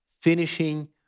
finishing